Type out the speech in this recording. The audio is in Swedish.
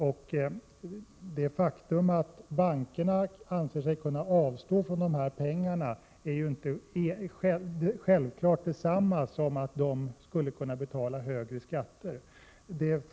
Det faktum att bankerna anser sig kunna avstå från dessa pengar är inte självfallet detsamma som att de skulle kunna betala högre skatt.